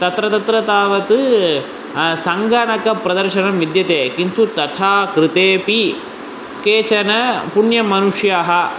तत्र तत्र तावत् सङ्गणकप्रदर्शनं विद्यते किन्तु तथा कृते अपि केचन पुण्यमनुष्याः